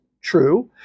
true